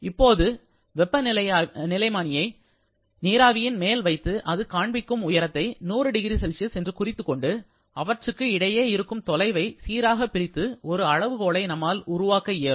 இப்போது வெப்பநிலைமானியை நீராவியின் மேல்வைத்து அது காண்பிக்கும் உயரத்தை 100 0C என்று குறித்துக்கொண்டு அவற்றுக்கு இடையே இருக்கும் தொலைவை சீராக பிரித்து ஒரு அளவுகோலை நம்மால் உருவாக்க இயலும்